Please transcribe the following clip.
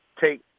take